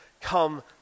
come